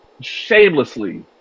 shamelessly